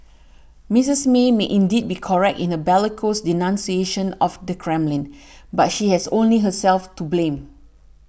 Misters May might indeed be correct in her bellicose denunciation of the Kremlin but she has only herself to blame